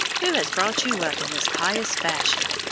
who has brought you up in this pious fashion?